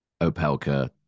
Opelka